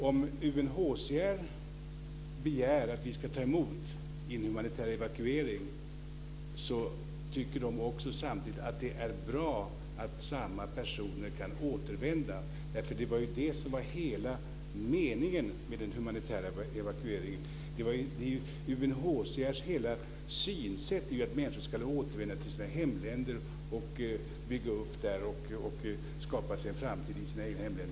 Om UNHCR begär att vi ska ta emot flyktingar genom en humanitär evakuering, tycker de samtidigt att det är bra om samma personer kan återvända. Det var ju det som var hela meningen med den humanitära evakueringen. UNHCR:s synsätt är ju att människor ska återvända till sina hemländer, bygga upp dem och skapa sig en framtid i sina egna hemländer.